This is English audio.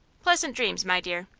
pleasant dreams, my dear.